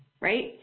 right